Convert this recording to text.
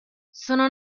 sono